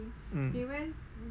mm